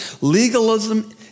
legalism